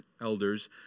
elders